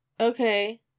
Okay